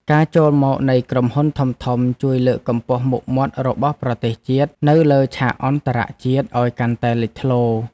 ការចូលមកនៃក្រុមហ៊ុនធំៗជួយលើកកម្ពស់មុខមាត់របស់ប្រទេសជាតិនៅលើឆាកអន្តរជាតិឱ្យកាន់តែលេចធ្លោ។